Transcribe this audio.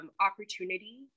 opportunity